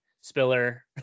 Spiller